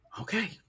Okay